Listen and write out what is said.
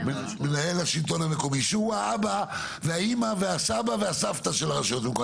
מנהל השלטון המקומי שהוא האבא והאמא והסבא והסבתא של הרשויות המקומיות.